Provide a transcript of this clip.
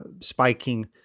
spiking